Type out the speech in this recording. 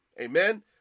Amen